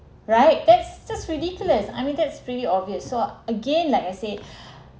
right that's just ridiculous I mean that's really obvious so again like I said